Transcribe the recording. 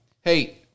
Hey